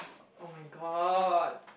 [oh]-my-god